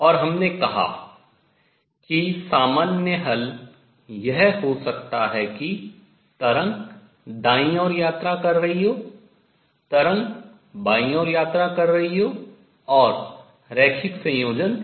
और हमने कहा कि सामान्य हल यह हो सकता है कि तरंग दायीं ओर यात्रा कर रही हो तरंग बाईं ओर यात्रा कर रही हो और रैखिक संयोजन हो